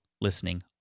listening